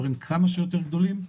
למספרים כמה שיותר גדולים,